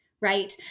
right